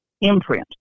imprint